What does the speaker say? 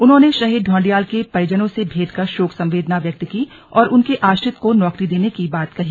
उन्होंने शहीद ढौंडियाल के परिजनों से भेंट कर शोक संवेदना व्यक्त की और उनके आश्रित को नौकरी देने की बात कही